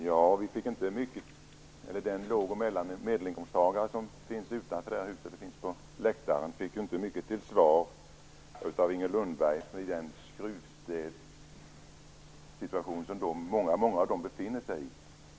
Fru talman! De låg och medelinkomsttagare som finns utanför det här huset och här på läktaren fick inte mycket till svar av Inger Lundberg i den skruvstädssituation som många av dem befinner sig i.